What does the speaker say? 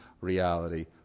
reality